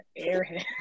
airhead